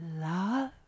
love